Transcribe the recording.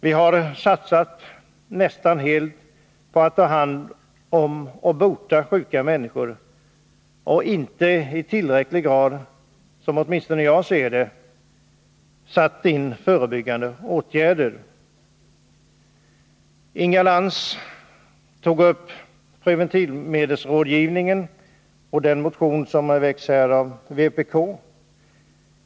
Vi har satsat nästan helt på att ta hand om och bota sjuka människor och inte i tillräcklig grad, som åtminstone jag ser det, satt in förebyggande åtgärder. Inga Lantz tog upp preventivmedelsrådgivningen och den motion som väckts av vpk.